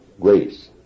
grace